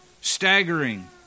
staggering